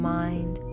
mind